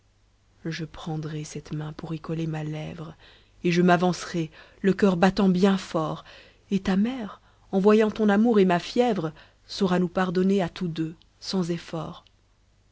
je prendrai cette main pour y coller ma lèvre et je m'avancerai le coeur battant bien fort et ta mère en voyant ton amour et ma fièvre saura nous pardonner à tous deux sans effort